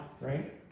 right